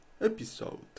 episode